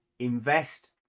Invest